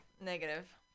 Negative